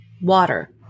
water